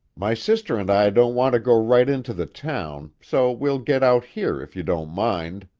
my sister and i don't want to go right into the town, so we'll get out here if you don't mind,